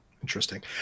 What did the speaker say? interesting